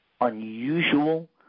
unusual